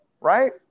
Right